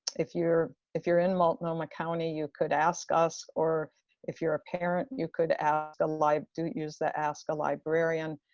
if you're if you're in multnomah county, you could ask us or if you're a parent, you could ask, like use the ask a librarian.